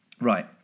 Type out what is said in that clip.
Right